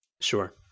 Sure